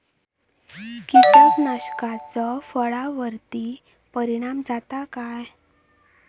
कीटकनाशकाचो फळावर्ती परिणाम जाता काय?